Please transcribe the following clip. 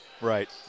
Right